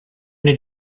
did